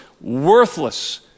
worthless